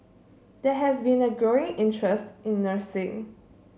there has been a growing interest in nursing